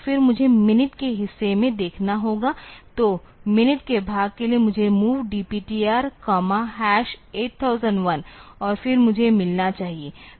फिर मुझे मिनट के हिस्से में देखना होगा तो मिनट के भाग के लिए मुझे MOV DPTR 8001 और फिर मुझे मिलना चाहिए